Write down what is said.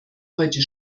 heute